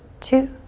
two,